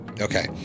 Okay